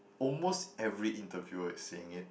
almost every interview was saying it